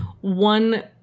one